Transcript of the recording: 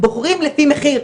בוחרים לפי מחיר.